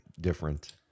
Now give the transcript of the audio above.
different